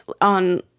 on